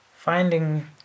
Finding